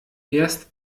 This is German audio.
erst